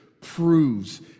proves